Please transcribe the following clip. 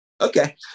Okay